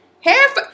Half